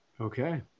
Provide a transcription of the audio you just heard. Okay